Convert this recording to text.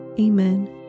Amen